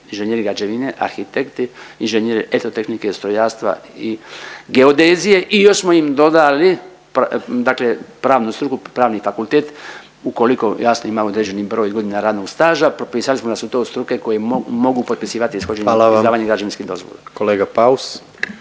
inženjeri građevine, arhitekti, inženjeri eto tehnike, strojarstva i geodezije i još smo im dodali dakle pravnu struku pravni fakultet ukoliko jasno ima određeni broj godina radnog staža, propisali smo da su to struke koje mogu potpisivati ishođenje i izdavanje građevinskih dozvola.